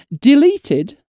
Deleted